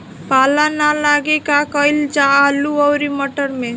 पाला न लागे का कयिल जा आलू औरी मटर मैं?